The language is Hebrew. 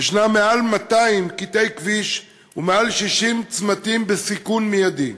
יש מעל 200 קטעי כביש ומעל 60 צמתים הגורמים לסיכון מיידי.